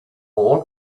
all